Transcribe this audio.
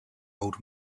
old